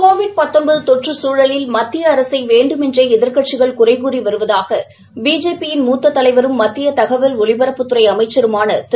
Covid தொற்று சூழலில் மத்திய அரசை வேண்டுமென்றே எதிர்க்கட்சிகள் குறை கூறி வருவதாக பிஜேபியின் மூத்த தலைவரும் மத்திய தகவல் ஒலிபரப்புத் துறை அமைச்சருமான திரு